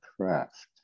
craft